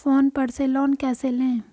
Phone पर से loan कैसे लें?